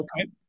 Okay